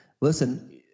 listen—